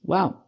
Wow